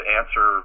answer